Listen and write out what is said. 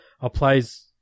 applies